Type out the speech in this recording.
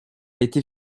été